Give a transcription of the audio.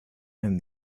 and